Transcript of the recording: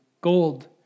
gold